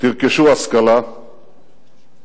תרכשו השכלה וידע,